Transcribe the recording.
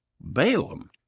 Balaam